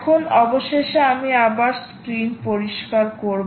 এখন অবশেষে আমি আবার স্ক্রিন পরিষ্কার করব